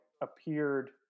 appeared